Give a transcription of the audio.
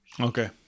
Okay